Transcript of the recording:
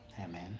Amen